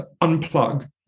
unplug